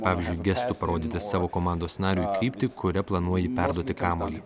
pavyzdžiui gestu parodyti savo komandos nariui kryptį kuria planuoji perduoti kamuolį